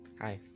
hi